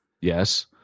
Yes